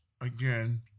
Again